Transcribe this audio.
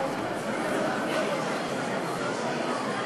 חברת הכנסת